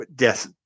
yes